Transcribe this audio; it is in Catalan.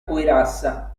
cuirassa